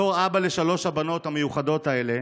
בתור אבא לשלוש הבנות המיוחדות האלה,